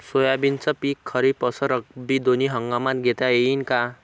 सोयाबीनचं पिक खरीप अस रब्बी दोनी हंगामात घेता येईन का?